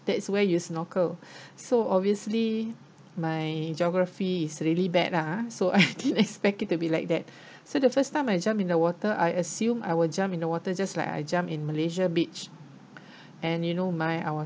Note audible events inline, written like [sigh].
that's where you snorkel [breath] so obviously my geography is really bad lah so I didn't expect it to be like that so the first time I jump in the water I assume I will jump in the water just like I jump in malaysia beach [breath] and you know my I was